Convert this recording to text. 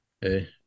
Hey